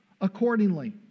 accordingly